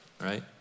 Right